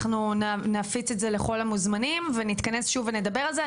אנחנו נפיץ את זה לכל המוזמנים ונתכנס שוב ונדבר על זה.